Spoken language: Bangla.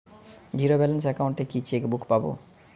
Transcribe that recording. জীরো ব্যালেন্স অ্যাকাউন্ট এ কি চেকবুক পাব?